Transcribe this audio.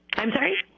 i'm sorry